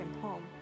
home